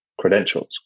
credentials